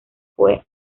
fue